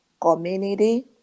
community